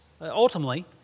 Ultimately